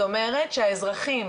זאת אומרת שהאזרחים,